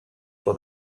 for